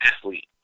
athlete